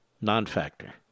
non-factor